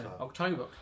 October